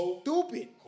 stupid